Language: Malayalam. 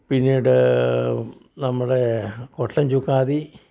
പിന്നീട് നമ്മുടെ കൊട്ടഞ്ചുക്കാദി